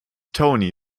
tony